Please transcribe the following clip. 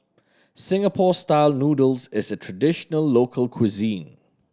Singapore Style Noodles is a traditional local cuisine